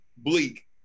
Bleak